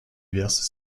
diverses